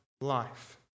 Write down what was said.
life